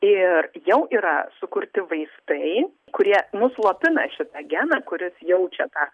ir jau yra sukurti vaistai kurie nuslopina šitą geną kuris jaučia tą